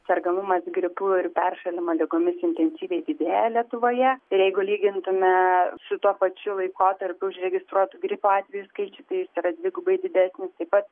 sergamumas gripu ir peršalimo ligomis intensyviai didėja lietuvoje ir jeigu lygintume su tuo pačiu laikotarpiu užregistruotų gripo atvejų skaičius tai jis yra dvigubai didesnis taip pat